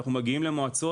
אנחנו מגיעים למועצות.